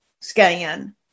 scan